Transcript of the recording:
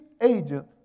agent